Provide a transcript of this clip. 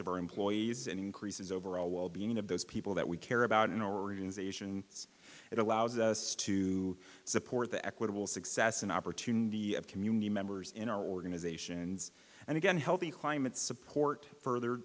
of our employees and increases overall wellbeing of those people that we care about an organization that allows us to support the equitable success and opportunity of community members in our organizations and again healthy climate support further